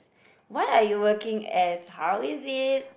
what are you working as how is it